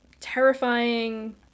terrifying